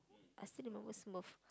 I still remember Smurf